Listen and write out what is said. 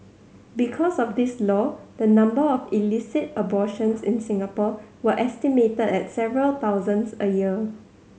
because of this law the number of illicit abortions in Singapore were estimated at several thousands a year